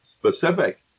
Specific